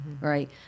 right